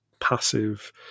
passive